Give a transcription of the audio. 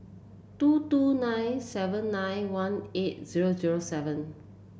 two two nine seven nine one eight zero zero seven